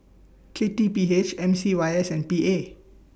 K T P H M C Y S and P A